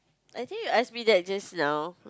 I think you ask me that just now